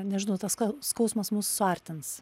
nežinau tas ska skausmas mus suartins